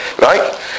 right